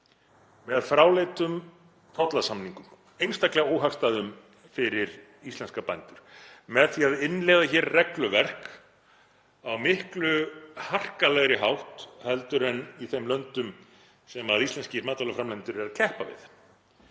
með fráleitum tollasamningum, einstaklega óhagstæðum fyrir íslenska bændur, með því að innleiða hér regluverk á miklu harkalegri hátt heldur en í þeim löndum sem íslenskir matvælaframleiðendur eru að keppa við